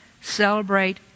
celebrate